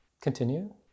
continue